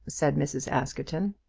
said mrs. askerton.